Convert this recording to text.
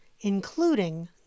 including